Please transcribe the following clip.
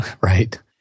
right